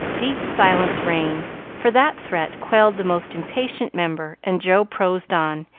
deep silence reigned, for that threat quelled the most impatient member, and joe prosed on,